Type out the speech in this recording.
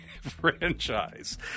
Franchise